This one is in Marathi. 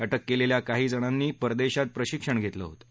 अटक केलेल्या काही जणानी परदेशात प्रशिक्षण घेतलं होतं